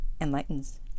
enlightens